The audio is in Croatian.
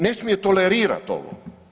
Ne smije tolerirati ovo.